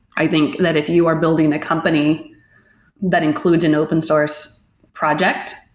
i think that if you are building a company that includes an open source project,